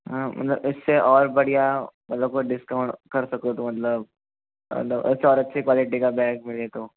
आ मतलब इस से और बढ़िया मतलब वो डिस्काउंट कर सको तो मतलब मतलब और अच्छी क्वालिटी का बैग मिले तो